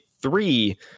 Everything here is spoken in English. three